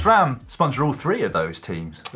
sram sponsored all three of those teams.